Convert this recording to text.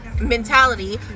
mentality